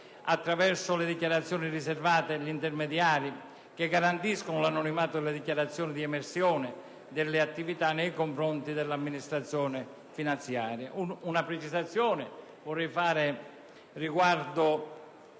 attraverso le dichiarazioni riservate agli intermediari, che garantiscono l'anonimato delle dichiarazioni di emersione delle attività nei confronti dell'amministrazione finanziaria. Vorrei inoltre fare una